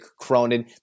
Cronin